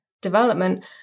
development